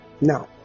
Now